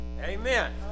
Amen